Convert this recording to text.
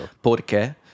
Porque